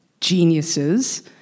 Geniuses